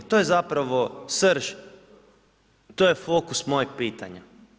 To je zapravo srž, to je fokus mojeg pitanja.